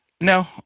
No